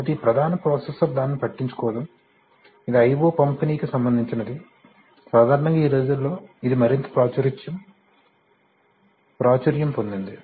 కాబట్టి ఈ ప్రధాన ప్రొసెసర్ దానిని పట్టించుకోదు ఇది I O పంపిణీ distributed IOకి సంబందించినది సాధారణంగా ఈ రోజుల్లో ఇది మరింత ప్రాచుర్యం పొందింది